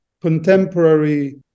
contemporary